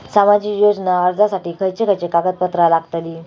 सामाजिक योजना अर्जासाठी खयचे खयचे कागदपत्रा लागतली?